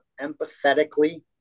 empathetically